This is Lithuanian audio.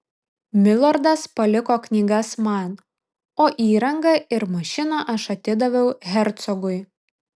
milordas paliko knygas man o įrangą ir mašiną aš atidaviau hercogui